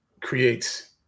creates